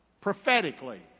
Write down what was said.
Prophetically